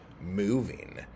moving